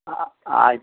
ಅ ಅ ಆಯ್ತು